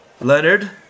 leonard